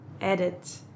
edit